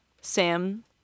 Sam